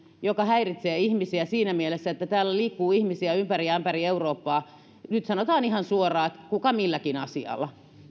joka häiritsee ihmisiä siinä että täällä liikkuu ihmisiä ympäri ämpäri eurooppaa sanotaan nyt ihan suoraan kuka milläkin asialla